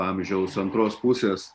amžiaus antros pusės